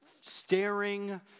staring